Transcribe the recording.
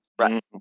Right